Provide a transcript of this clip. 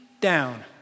down